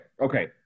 Okay